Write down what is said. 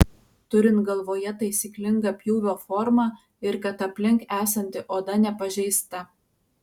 turint galvoje taisyklingą pjūvio formą ir kad aplink esanti oda nepažeista